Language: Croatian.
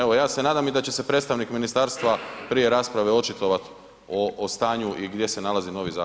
Evo ja se nadam da će se i predstavnik ministarstva prije rasprave očitovati o stanju i gdje se nalazi novi zakon.